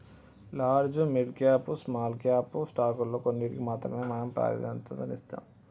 large, mid cap, small cap స్టాకుల్లో కొన్నిటికి మాత్రమే మనం ప్రాధన్యతనిత్తాం